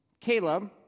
Caleb